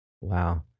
Wow